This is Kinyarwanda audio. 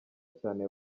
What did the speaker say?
cyane